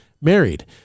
married